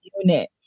unit